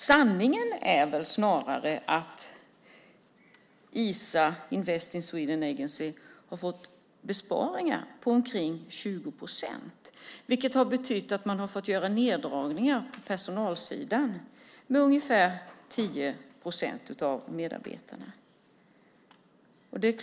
Sanningen är väl snarare att Isa, Invest in Sweden Agency, har fått besparingar på omkring 20 procent. Det har betytt att man har fått göra neddragningar på personalsidan med ungefär 10 procent av medarbetarna.